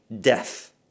death